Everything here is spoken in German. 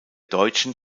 deutschen